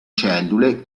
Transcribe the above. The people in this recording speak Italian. cellule